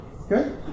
Okay